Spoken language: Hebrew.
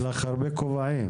יש לך הרבה כובעים.